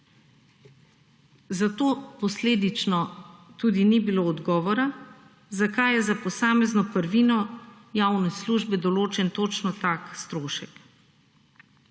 Zato posledično tudi ni bilo odgovora zakaj za posamezno prvino javne službe določen točno tak strošek.